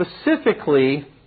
specifically